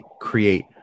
create